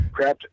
crapped